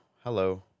hello